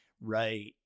right